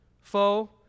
Foe